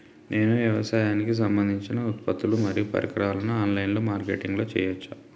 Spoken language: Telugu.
నేను వ్యవసాయానికి సంబంధించిన ఉత్పత్తులు మరియు పరికరాలు ఆన్ లైన్ మార్కెటింగ్ చేయచ్చా?